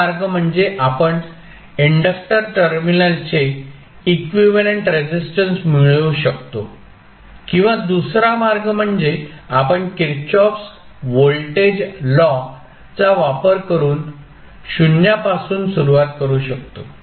एक मार्ग म्हणजे आपण इंडक्टर टर्मिनलचे इक्विव्हॅलेंट रेसिस्टन्स मिळवू शकतो किंवा दुसरा मार्ग म्हणजे आपण किर्चॉफ्स Kirchhoff's व्होल्टेज लॉ चा वापर करून शून्यापासून सुरुवात करू शकतो